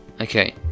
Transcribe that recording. okay